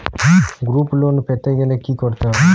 Group loan পেতে গেলে কি করতে হবে?